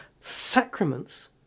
sacraments